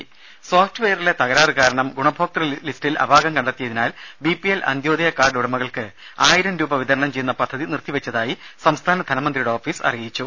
രുര സോഫ്റ്റ് വെയറിലെ തകരാർ കാരണം ഗുണഭോക്തൃ ലിസ്റ്റിൽ അപാകം കണ്ടെത്തിയതിനാൽ ബിപിഎൽ അന്ത്യോദയ കാർഡ് ഉടമകൾക്ക് ആയിരം രൂപ വിതരണം ചെയ്യുന്ന പദ്ധതി നിർത്തി വെച്ചതായി സംസ്ഥാന ധനമന്ത്രിയുടെ ഓഫീസ് അറിയിച്ചു